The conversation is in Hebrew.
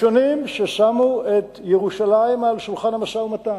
הראשונים ששמו את ירושלים על שולחן המשא-ומתן,